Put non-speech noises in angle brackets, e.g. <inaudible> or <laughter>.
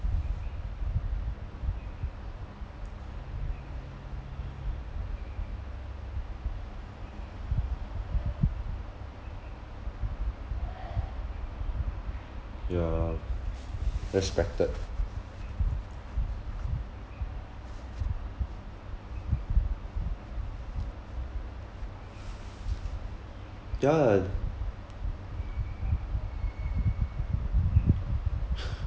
<noise> ya expected <noise> ya lah <laughs>